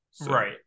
right